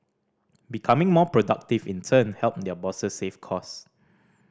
becoming more productive in turn help their bosses save cost